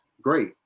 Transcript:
great